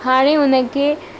हाणे हुन खे